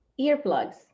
Earplugs